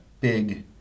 big